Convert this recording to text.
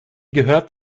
gehört